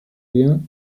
wir